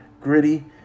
gritty